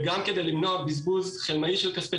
וגם כדי למנוע בזבוז חלמאי של כספי